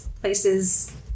places